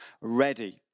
ready